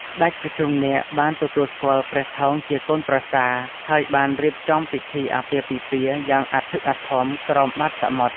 ស្ដេចភុជង្គនាគបានទទួលស្គាល់ព្រះថោងជាកូនប្រសារ ហើយបានរៀបចំពិធីអាពាហ៍ពិពាហ៍យ៉ាងអធិកអធមក្រោមបាតសមុទ្រ។